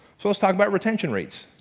so let's talk about retention rates.